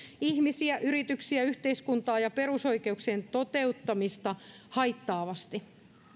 ihmisiä yrityksiä yhteiskuntaa ja perusoikeuksien toteuttamista haittaavasti